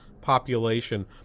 population